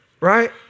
Right